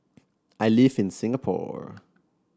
I live in Singapore